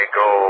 go